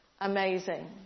amazing